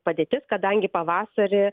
padėtis kadangi pavasarį